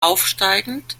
aufsteigend